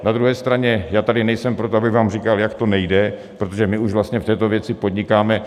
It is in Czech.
Na druhé straně ale já tady nejsem proto, abych vám říkal, jak to nejde, protože my už vlastně v této věci podnikáme.